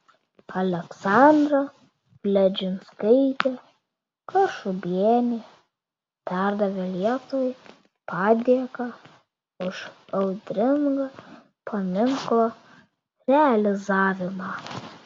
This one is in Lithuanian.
aleksandra fledžinskaitė kašubienė perdavė lietuvai padėką už audringą paminklo realizavimą